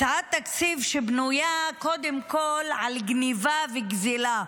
הצעת תקציב שבנויה קודם כול על גנבה וגזילה,